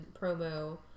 Promo